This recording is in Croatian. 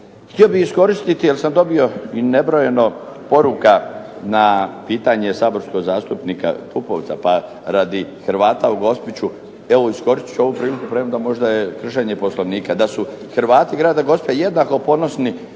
Htio bih iskoristiti jer sam dobio i nebrojeno poruka na pitanje saborskog zastupnika Pupovca, pa radi Hrvata u Gospiću evo iskoristit ću ovu priliku prema možda je kršenje Poslovnika, da su Hrvati grada Gospića jednako ponosni